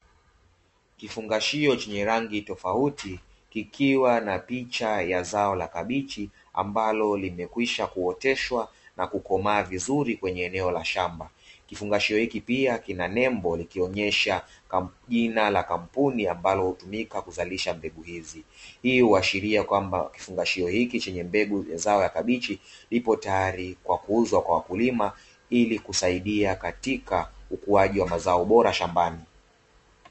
Kifungashio chenye rangi tofauti kikiwa na picha ya zao la kabichi ambalo limekwisha kuoteshwa na kukomaa vizuri kwenye eneo la shamba kifungashio hiki pia kina nembo likionyesha jina la kampuni ambalo hutumika kuzalisha mbegu hizi, hii huashiria kwamba kifungashio hiki chenye mbegu ya zao la kabichi ipo tayari kwa kuuzwa kwa wakulima ili kusaidia katika ukuaji wa mazao bora shambani.